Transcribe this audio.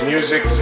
Music